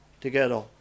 together